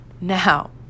Now